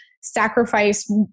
sacrifice